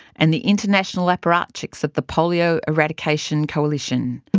and the international apparatchiks of the polio eradication coalition.